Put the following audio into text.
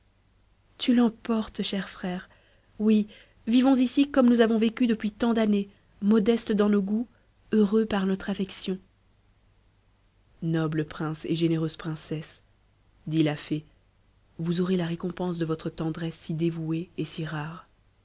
tu l'emportes cher frère oui vivons ici comme nous avons vécu depuis tant d'années modestes dans nos goûts heureux par notre affection noble prince et généreuse princesse dit la fée vous aurez la récompense de votre tendresse si dévouée et si rare